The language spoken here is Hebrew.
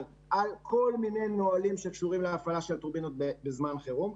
על כל מיני נהלים שקשורים להפעלה של טורבינות בזמן חירום,